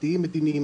משפטיים ומדיניים.